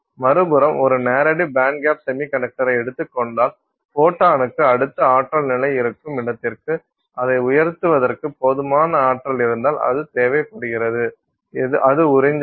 மறுபுறம் ஒரு நேரடி பேண்ட்கேப் செமிகண்டக்டரை எடுத்துக் கொண்டால் ஃபோட்டானுக்கு அடுத்த ஆற்றல் நிலை இருக்கும் இடத்திற்கு அதை உயர்த்துவதற்கு போதுமான ஆற்றல் இருந்தால் அது தேவைப்படுகிறது அது உறிஞ்சப்படும்